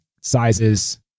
sizes